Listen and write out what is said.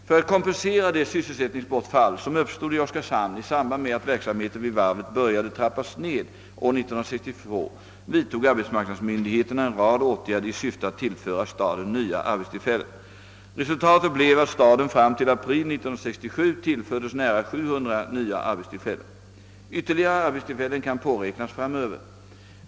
För att kompensera det sysselsättningsbortfall som uppstod i Oskarshamn i samband med att verksamheten vid varvet började trappas ned år 1962 vidtog arbetsmarknadsmyndigheterna en rad åtgärder i syfte att tillföra staden nya arbetstillfällen. Resultatet blev att staden fram till april 1967 tillfördes nära 700 nya arbetstillfällen. Ytterligare arbetstillfällen kan påräknas framöver.